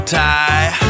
tie